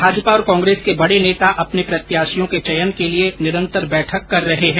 भाजपा और कांग्रेस के बड़े नेता अपने प्रत्याशियों के चयन के लिए निरंतर बैठक कर रहे हैं